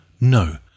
no